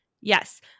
yes